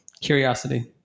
curiosity